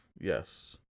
Yes